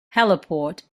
heliport